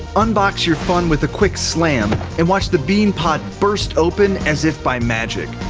unbox your fun with a quick slam, and watch the bean pod burst open as if by magic.